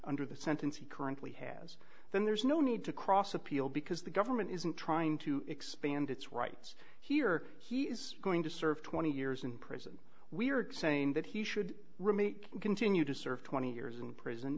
under the sentence he currently has then there's no need to cross appeal because the government isn't trying to expand its rights here he's going to serve twenty years in prison we are saying that he should remain continue to serve twenty years in prison